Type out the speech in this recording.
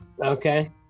okay